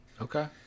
okay